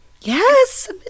Yes